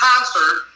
concert